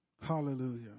hallelujah